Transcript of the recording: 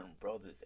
brothers